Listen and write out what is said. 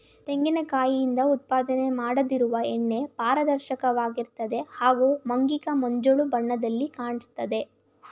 ತೆಂಗಿನ ಕಾಯಿಂದ ಉತ್ಪಾದನೆ ಮಾಡದಿರುವ ಎಣ್ಣೆ ಪಾರದರ್ಶಕವಾಗಿರ್ತದೆ ಹಾಗೂ ಮಂಕಾಗಿ ಮಂಜಲು ಬಣ್ಣದಲ್ಲಿ ಕಾಣಿಸ್ತದೆ